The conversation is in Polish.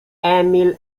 emil